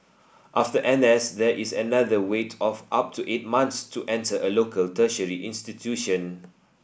after N S there is another wait of up to eight months to enter a local tertiary institution